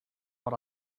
what